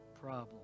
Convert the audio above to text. problem